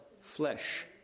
flesh